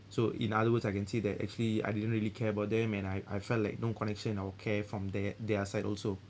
so in other words I can say that actually I didn't really care about them and I I felt like no connection or care from the~ their side also